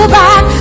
back